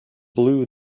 blew